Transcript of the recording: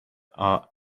are